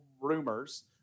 rumors